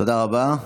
תודה רבה.